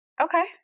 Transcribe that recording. Okay